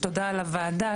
תודה על הוועדה,